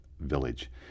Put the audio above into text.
village